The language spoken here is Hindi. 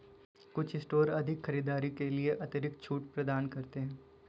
कुछ स्टोर अधिक खरीदारी के लिए अतिरिक्त छूट प्रदान करते हैं